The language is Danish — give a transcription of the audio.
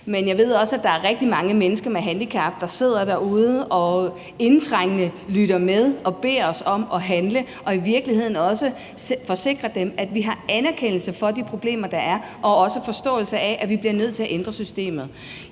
Men jeg ved også, at der er rigtig mange mennesker med handicap, der sidder derude og lytter med, og som indtrængende beder os om at handle. Og vi må i virkeligheden også forsikre dem om, at vi anerkender de problemer, der er, og også har en forståelse af, at vi bliver nødt til at ændre systemet.